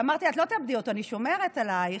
אמרתי: את לא תאבדי אותו, אני שומרת עלייך.